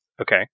Okay